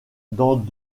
dans